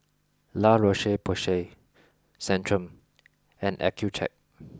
La Roche Porsay Centrum and Accucheck